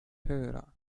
höra